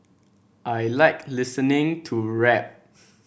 I like listening to rap